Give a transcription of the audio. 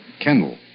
Kendall